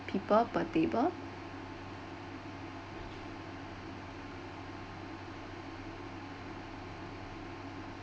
people per table